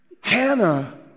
Hannah